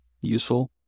useful